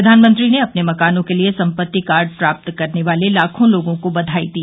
प्रधानमंत्री ने अपने मकानों के लिए संपत्ति कार्ड प्राप्त करने वाले लाखों लोगों को बधाई दी